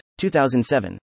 2007